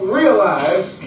realize